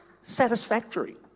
Satisfactory